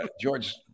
George